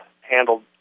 handled